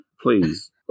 please